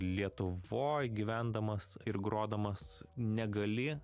lietuvoj gyvendamas ir grodamas negali